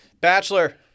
Bachelor